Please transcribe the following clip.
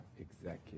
executive